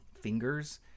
fingers